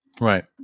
Right